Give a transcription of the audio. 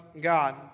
God